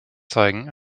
zeigen